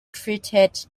treated